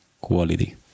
quality